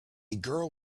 girl